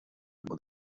como